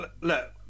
look